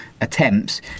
attempts